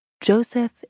Joseph